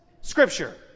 Scripture